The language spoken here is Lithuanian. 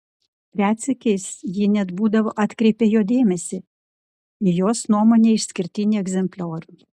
retsykiais ji net būdavo atkreipia jo dėmesį į jos nuomone išskirtinį egzempliorių